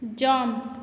jump